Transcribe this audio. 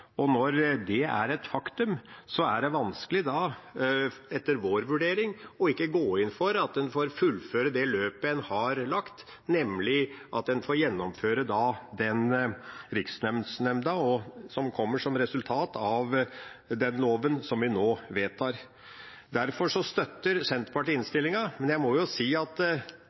Når det er et faktum, er det etter vår vurdering vanskelig å ikke gå inn for at en får fullføre det løpet en har lagt, nemlig å gjennomføre den Rikslønnsnemnda som kommer som resultat av den loven vi nå vedtar. Derfor støtter Senterpartiet innstillinga. Men jeg må si at